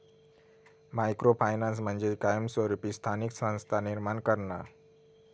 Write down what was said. micro finance म्हणजे कायमस्वरूपी स्थानिक संस्था निर्माण करणा